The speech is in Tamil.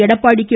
எடப்பாடி கே